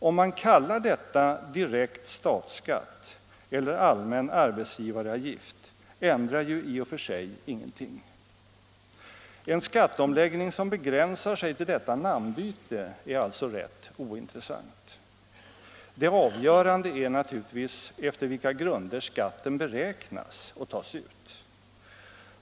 Om man kallar detta direkt statsskatt eller allmän arbetsgivaravgift ändrar ju i och för sig ingenting. En skatteomläggning som begränsar sig till detta namnbyte är alltså rätt ointressant. Det avgörande är naturligtvis efter vilka grunder skatten beräknas och tas ut.